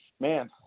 man